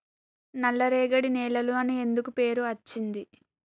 నల్లరేగడి నేలలు అని ఎందుకు పేరు అచ్చింది?